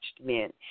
men